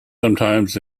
sometimes